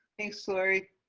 thanks, lori.